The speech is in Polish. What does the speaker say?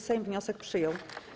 Sejm wniosek przyjął.